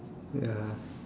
ya